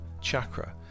chakra